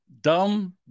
Dumb